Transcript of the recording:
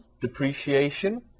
depreciation